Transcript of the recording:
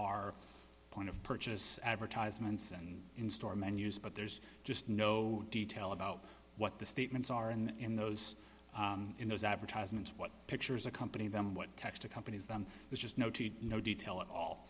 are point of purchase advertisements and in store menus but there's just no detail about what the statements are in in those in those advertisements what pictures accompany them what text to companies then there's just no to no detail at all